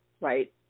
right